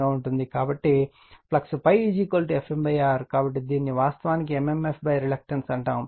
కాబట్టి ∅ Fm R కాబట్టి దీనిని వాస్తవానికి mmf రిలక్టెన్స్ అంటారు